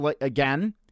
Again